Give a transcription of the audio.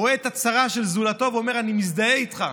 רואה את הצרה של זולתו ואומר: אני מזדהה איתך,